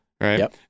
right